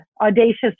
audacious